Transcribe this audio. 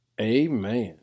Amen